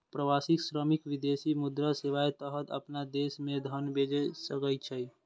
प्रवासी श्रमिक विदेशी मुद्रा सेवाक तहत अपना देश मे धन भेज सकै छै